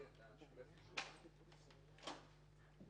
אתה אומר